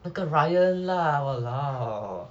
ah lor 那个 ryan lah !walao!